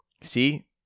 see